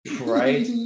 Right